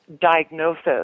diagnosis